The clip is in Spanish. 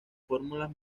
fórmulas